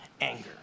anger